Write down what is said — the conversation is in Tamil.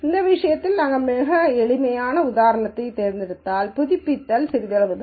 இந்த விஷயத்தில் நாங்கள் மிகவும் எளிமையான உதாரணத்தைத் தேர்ந்தெடுத்ததால் புதுப்பித்தல் சிறிதளவுதான்